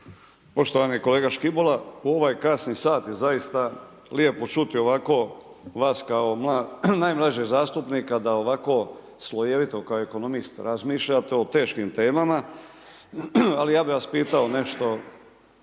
Poštovani kolega Škibola, u ovaj kasni sat je zaista lijepo čuti ovako vas kao najmlađeg zastupnika da ovako slojevito kao ekonomist razmišljate o teškim temama. Ali ja bih vas pitao nešto